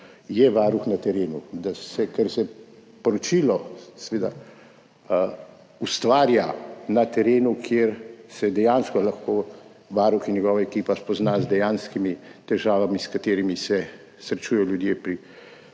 je varuh na terenu, ker se poročilo seveda ustvarja na terenu, kjer se dejansko lahko varuh in njegova ekipa spoznajo z dejanskimi težavami, s katerimi se srečujejo ljudje pri